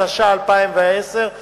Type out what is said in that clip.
התש"ע 2010,